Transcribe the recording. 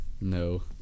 No